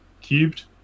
cubed